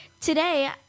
today